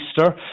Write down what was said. Easter